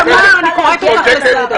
תמר, אני קוראת אותך לסדר.